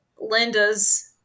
Linda's